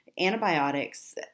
antibiotics